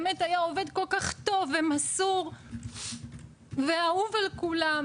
באמת היה עובד כל-כך טוב ומסור ואהוב על כולם,